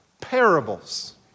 parables